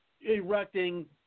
erecting